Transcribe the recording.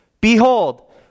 Behold